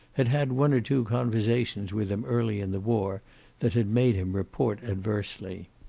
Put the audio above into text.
had had one or two conversations with him early in the war that had made him report adversely.